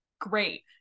great